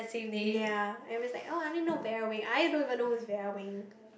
ya I was like oh I only know Vera Wing I don't even know who's Vera Wing